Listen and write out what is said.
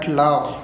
love